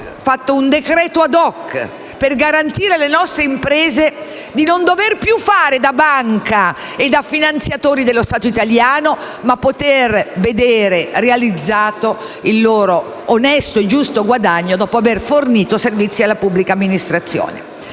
provvedimento *ad hoc* per garantire alle nostre imprese di non dover più fare da banca e da finanziatori dello Stato italiano, ma poter vedere realizzato il loro onesto e giusto guadagno dopo aver fornito servizi alla pubblica amministrazione.